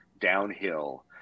downhill